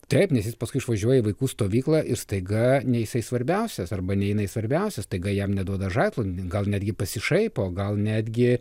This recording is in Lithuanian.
taip nes jis paskui išvažiuoja į vaikų stovyklą ir staiga ne jisai svarbiausias arba ne jinai svarbiausias staiga jam neduoda žaislų gal netgi pasišaipo gal netgi